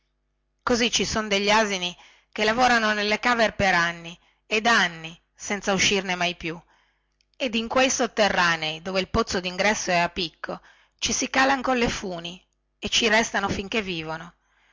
così ci sono degli asini che lavorano nelle cave per anni ed anni senza uscirne mai più ed in quei sotterranei dove il pozzo dingresso è verticale ci si calan colle funi e ci restano finchè vivono